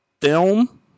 film